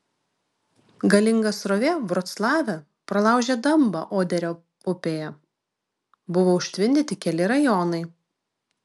galinga srovė vroclave pralaužė dambą oderio upėje buvo užtvindyti keli rajonai